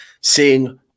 seeing